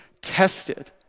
tested